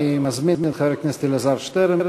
אני מזמין את חבר הכנסת אלעזר שטרן,